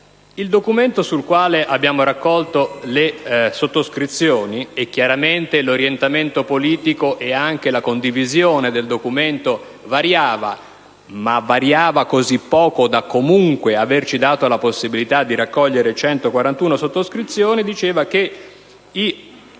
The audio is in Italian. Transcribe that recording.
il documento sul quale abbiamo raccolto le sottoscrizioni - chiaramente l'orientamento politico e anche la condivisione del documento varia, ma di così poco da averci comunque dato la possibilità di raccogliere 141 sottoscrizioni - dice che i